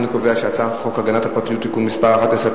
אני קובע שהצעת חוק הגנת הפרטיות (תיקון מס' 11),